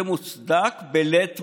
זה מוצדק בלית ברירה,